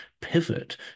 pivot